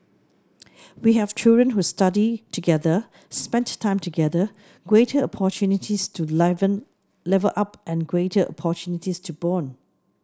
we have children who study together spent time together greater opportunities to level up and greater opportunities to bond